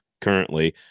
currently